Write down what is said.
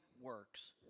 works